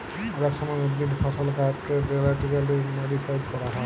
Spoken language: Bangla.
অলেক সময় উদ্ভিদ, ফসল, গাহাচলাকে জেলেটিক্যালি মডিফাইড ক্যরা হয়